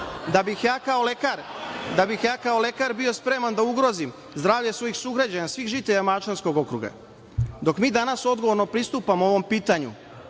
Da bih ja kao lekar bio spreman da ugrozim zdravlje svojih sugrađana i svih žitelja Mačvanskog okruga? Dok mi danas odgovorno pristupamo ovom pitanju